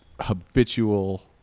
habitual